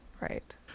right